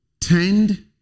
tend